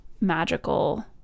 magical